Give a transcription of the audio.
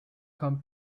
come